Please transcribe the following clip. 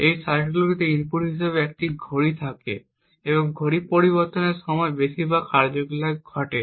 এই সার্কিটগুলিতে ইনপুট হিসাবে একটি ঘড়ি থাকে এবং ঘড়ির পরিবর্তনের সময় বেশিরভাগ কার্যকলাপ চলে